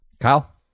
Kyle